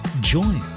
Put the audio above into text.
Join